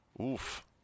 Oof